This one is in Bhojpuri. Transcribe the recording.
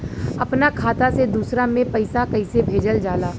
अपना खाता से दूसरा में पैसा कईसे भेजल जाला?